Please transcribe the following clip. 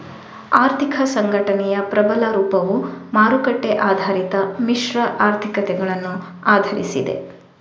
ಆರ್ಥಿಕ ಸಂಘಟನೆಯ ಪ್ರಬಲ ರೂಪವು ಮಾರುಕಟ್ಟೆ ಆಧಾರಿತ ಮಿಶ್ರ ಆರ್ಥಿಕತೆಗಳನ್ನು ಆಧರಿಸಿದೆ